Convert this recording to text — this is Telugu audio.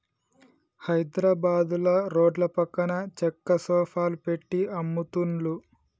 హైద్రాబాదుల రోడ్ల పక్కన చెక్క సోఫాలు పెట్టి అమ్ముతున్లు